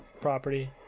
property